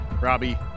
Robbie